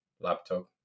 laptop